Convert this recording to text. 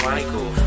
Michael